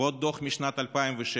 ועוד דוח משנת 2016,